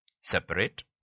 separate